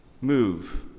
move